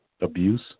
abuse